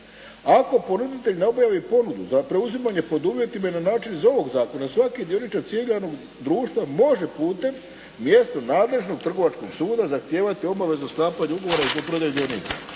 Ako ponuditelj ne obavi ponudu za preuzimanje pod uvjetima i na način iz ovog zakona, svaki djelitelj ciljanog društva može putem mjesno nadležnog Trgovačkog suda zahtijevati obavezu sklapanja ugovora i …/Govornik